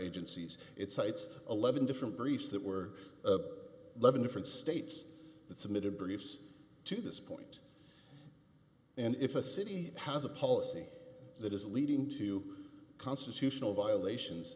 agencies it cites eleven different briefs that were live in different states that submitted briefs to this point and if a city has a policy that is leading to constitutional violations